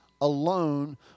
alone